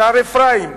שער-אפרים,